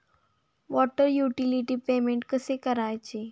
Water utility payment कसे करायचे?